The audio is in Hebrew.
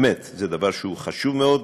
באמת, זה דבר שהוא חשוב מאוד.